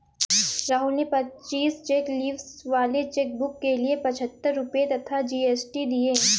राहुल ने पच्चीस cheque leaves वाले चेकबुक के लिए पच्छत्तर रुपये तथा जी.एस.टी दिए